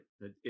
right